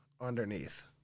underneath